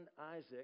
Isaac